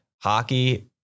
hockey